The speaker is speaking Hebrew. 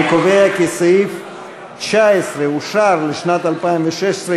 אני קובע כי סעיף 19 אושר לשנת 2016,